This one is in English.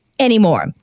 anymore